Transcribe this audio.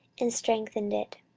and strengthened it.